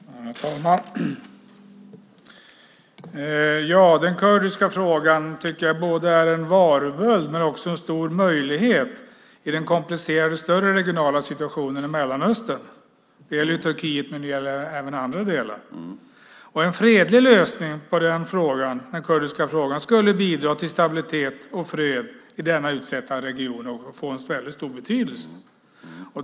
Herr talman! Den kurdiska frågan är en varböld men också en stor möjlighet i den komplicerade större regionala situationen i Mellanöstern. Det gäller Turkiet men även andra delar. En fredlig lösning på den kurdiska frågan skulle bidra till stabilitet och fred i denna utsatta region och få en stor betydelse.